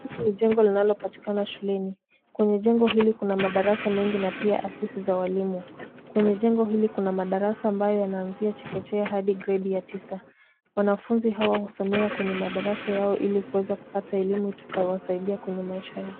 Hii ni jengo linalopatikana shuleni, kwenye jengo hili kuna madarasa mengi na pia afisi za walimu, kwenye jengo hili kuna madarasa ambayo yanaanzia chekechea hadi gredi ya tisa, wanafunzi hawa husomea kwenye darasa yao ili kuweza kupata elimu itakayowasaidia kwenye maisha yao.